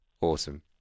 Awesome